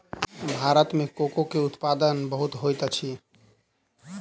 भारत में कोको के उत्पादन बहुत होइत अछि